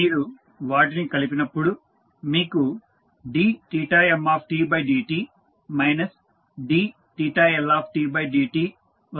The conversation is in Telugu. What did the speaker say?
మీరు వాటిని కలిపినప్పుడు మీకు dmdt dLdtవస్తుంది